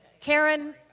Karen